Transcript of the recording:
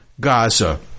Gaza